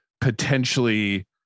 potentially